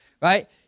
right